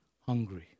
hungry